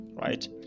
right